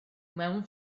mewn